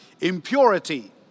impurity